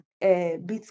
bit